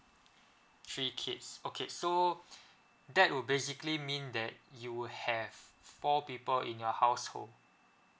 three kids okay so that would basically mean that you have four people in your household